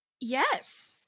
Yes